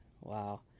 Wow